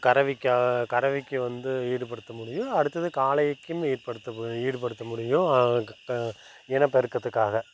கறவைக்கா கறவைக்கு வந்து ஈடுபடுத்த முடியும் அடுத்தது காளைக்குன்னு ஈடுபடுத் ஈடுபடுத்த முடியும் இனப்பெருக்கத்துக்காக